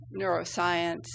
neuroscience